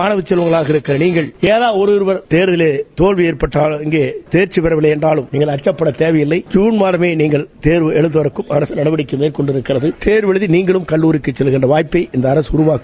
மானவச் செல்வங்களாக இருக்கின்ற நீங்கள் ஏதாவது ஒரு தேர்வில் தோல்வி ஏற்பட்டால் தேர்க்சி பெறவில்லை என்றாலம் நீங்கள் அச்சப்படத் தேவையில்லை ஜூன் மாதமே நீங்கள் தேர்வு எழுதுவதற்கு அரச நடவடிக்கை மேற்கொண்டுள்ளது தேர்வு எழுதி நீங்களும் கல்லூரிக்கு செல்கின்ற வாய்ப்பை இந்த அரசு உருவாக்கும்